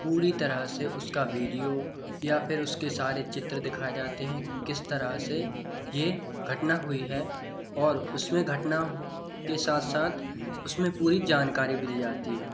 पूरी तरह से उसका वीडियो या फिर उसके सारे चित्र दिखाए जाते हैं कि किस तरह से ये घटना हुई है और उसमें घटना हो के साथ साथ उसमें पूरी जानकारी भी दी जाती है